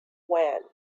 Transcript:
when